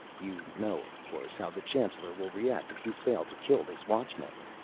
you know, of course, how the chancellor will react if you fail to kill this watchman.